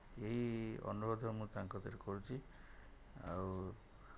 ଏହି ଅନୁରୋଧ ମୁଁ ତାଙ୍କ ପାଖରେ କରୁଛି ଆଉ